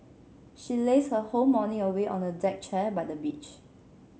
she lazed her whole morning away on a deck chair by the beach